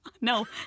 no